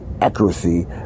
accuracy